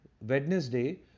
Wednesday